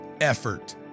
effort